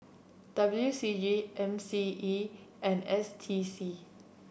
W C G M C E and S T C